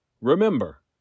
Remember